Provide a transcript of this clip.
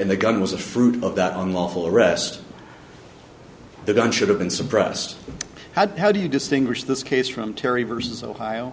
and the gun was the fruit of that unlawful arrest the gun should have been suppressed how do you distinguish this case from terry versus ohio